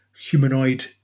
humanoid